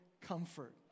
comfort